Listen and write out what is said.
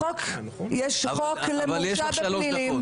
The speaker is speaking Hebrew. אבל יש לך שלוש דקות.